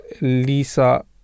Lisa